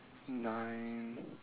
nine